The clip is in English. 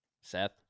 Seth